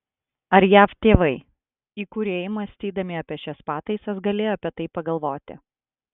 ar jav tėvai įkūrėjai mąstydami apie šias pataisas galėjo apie tai pagalvoti